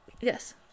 Yes